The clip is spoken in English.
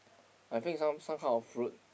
I think some some kind of fruit